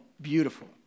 beautiful